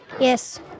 Yes